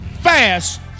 fast